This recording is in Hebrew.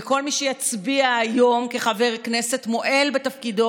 כל מי שיצביע היום כחבר כנסת מועל בתפקידו,